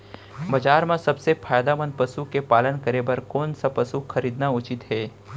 बजार म सबसे फायदामंद पसु के पालन करे बर कोन स पसु खरीदना उचित हे?